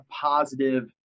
positive